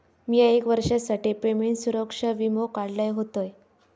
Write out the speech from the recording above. मिया एक वर्षासाठी पेमेंट सुरक्षा वीमो काढलय होतय